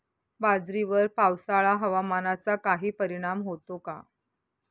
बाजरीवर पावसाळा हवामानाचा काही परिणाम होतो का?